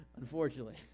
Unfortunately